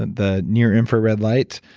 the near infrared light,